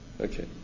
Okay